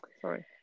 sorry